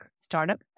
startup